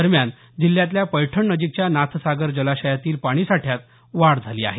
दरम्यान जिल्ह्यातल्या पैठणनजिकच्या नाथसागर जलाशयातील पाणीसाठ्यात वाढ झाली आहे